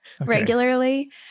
regularly